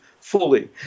fully